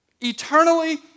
Eternally